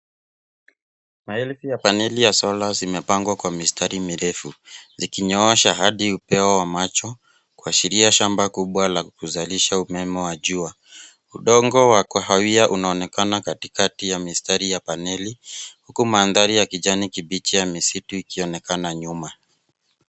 Maelfu ya paneli ya solar zimepangwa kwa mistari mirefu zikinyoosha hadi upeo wa majo kuashiria shamba kubwa la kuzalisha umeme wa jua. Udongo wa kahawia inaonekana katikati ya mistari ya paneli huku maandari ya kijani kibichi amemsipi ikionekan nyuma.